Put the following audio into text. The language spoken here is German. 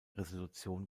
resolution